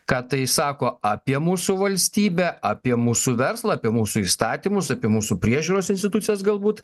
ką tai sako apie mūsų valstybę apie mūsų verslą apie mūsų įstatymus apie mūsų priežiūros institucijas galbūt